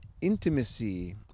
intimacy